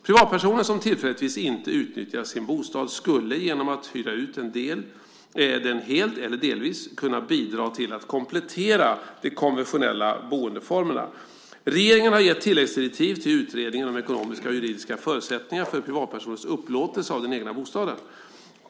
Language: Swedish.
Privatpersoner som tillfälligtvis inte utnyttjar sin bostad skulle genom att hyra ut den helt eller delvis kunna bidra till att komplettera de konventionella boendeformerna. Regeringen har gett tilläggsdirektiv till utredningen om ekonomiska och juridiska förutsättningar för privatpersoners upplåtelse av den egna bostaden.